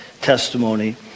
testimony